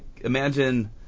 imagine